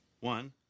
One